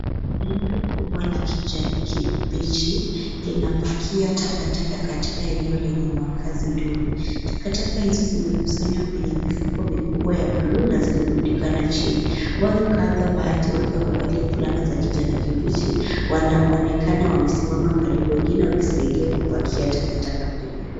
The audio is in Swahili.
Lori kubwa la kijani kibichi linapakia takataka katika eneo lenye makazi duni. Takataka hizo zimekusanywa kwenye mifuko mikubwa ya bluu na zimerundikana chini. Watu kadhaa baadhi wakiwa wamevalia fulana za kijani kibichi wanaonekana wamesimama karibu wengine wakisaidia kupakia takataka kwenye lori.